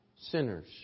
sinners